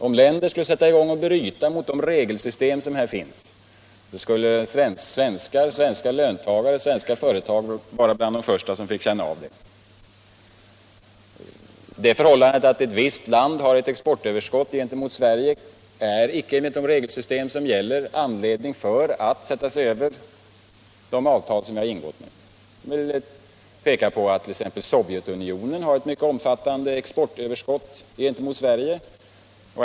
Om andra länder skulle börja bryta mot de regelsystem som här finns, skulle svenska löntagare och företag vara bland de första som fick känna av det. Det förhållandet att ett visst land har ett exportöverskott gentemot Sverige är icke enligt de regelsystem som gäller anledning för ett land att sätta sig över de avtal som är ingångna. Jag kan peka på att t.ex. Sovjetunionen har ett mycket omfattande exportöverskott gentemot Sverige.